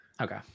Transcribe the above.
Okay